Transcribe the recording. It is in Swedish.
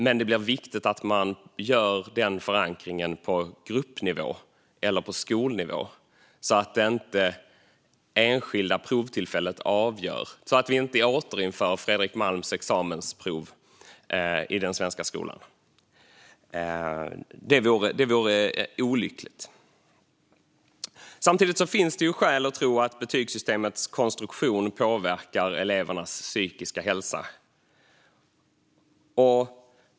Men det blir viktigt att man gör den förankringen på gruppnivå eller skolnivå så att det inte enskilda provtillfället avgör och så att vi inte återinför det examensprov i den svenska skolan som Fredrik Malm talade om. Det vore olyckligt. Samtidigt finns det skäl att tro att betygssystemets konstruktion påverkar elevernas psykiska hälsa.